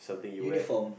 uniform